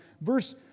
Verse